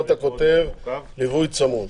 פה אתה כותב ליווי צמוד.